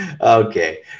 Okay